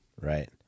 Right